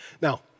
Now